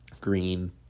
green